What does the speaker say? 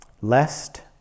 lest